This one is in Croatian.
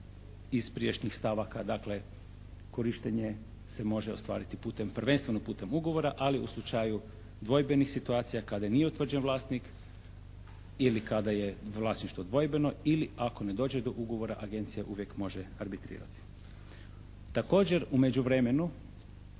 iz prijašnjih stavaka, dakle korištenje se može ostvariti putem, prvenstveno putem ugovora, ali u slučaju dvojbenih situacija kada nije utvrđen vlasnik ili kada je vlasništvo dvojbeno ili ako ne dođe do ugovora, agencija uvijek može arbitrirati. Također u međuvremenu